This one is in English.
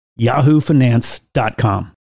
yahoofinance.com